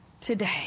today